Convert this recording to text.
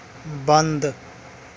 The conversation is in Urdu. بند